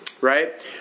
Right